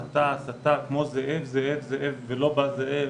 הסתה, הסתה, כמו זאב, זאב, זאב ולא בא זאב,